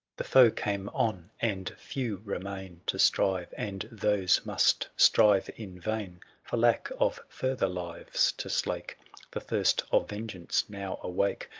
the foe came on, and few remain to strive, and those must strive in vain for lack of further lives, to slake the thirst of vengeance now awake.